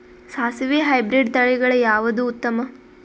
ಸಾಸಿವಿ ಹೈಬ್ರಿಡ್ ತಳಿಗಳ ಯಾವದು ಉತ್ತಮ?